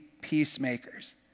peacemakers